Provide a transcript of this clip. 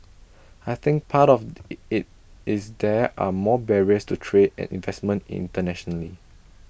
I think part of the IT is there are more barriers to trade and investment internationally